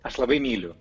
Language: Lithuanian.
aš labai myliu